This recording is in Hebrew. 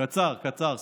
קצר, קצר.